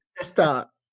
Stop